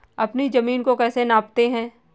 अपनी जमीन को कैसे नापते हैं?